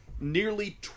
nearly